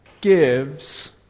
gives